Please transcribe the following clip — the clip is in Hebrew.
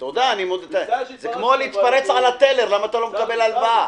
זה כמו להתפרץ על הטלר כי אתה לא מקבל הלוואה.